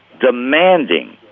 demanding